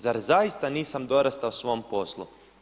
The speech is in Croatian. Zar zaista nisam dorastao svom poslu?